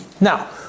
Now